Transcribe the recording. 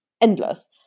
endless